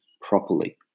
properly